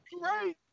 Right